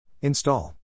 Install